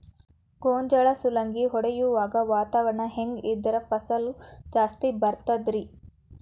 ಗೋಂಜಾಳ ಸುಲಂಗಿ ಹೊಡೆಯುವಾಗ ವಾತಾವರಣ ಹೆಂಗ್ ಇದ್ದರ ಫಸಲು ಜಾಸ್ತಿ ಬರತದ ರಿ?